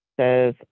says